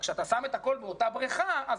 רק שכשאתה שם את הכול באותה בריכה אז